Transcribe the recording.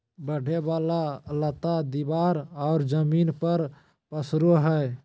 बढ़े वाला लता दीवार और जमीन पर पसरो हइ